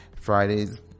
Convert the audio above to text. fridays